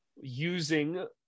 using